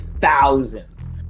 thousands